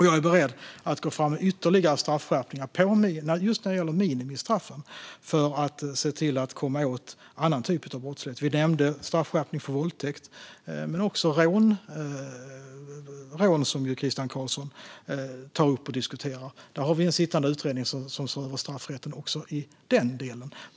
Jag är beredd att gå fram med ytterligare straffskärpningar just när det gäller minimistraffen för att komma åt annan brottslighet. Jag nämnde straffskärpning för våldtäkt, men det gäller också rån, som ju Christian Carlsson har diskuterat. Det finns en sittande utredning som ser över straffrätten i den delen.